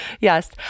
Yes